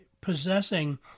possessing